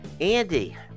Andy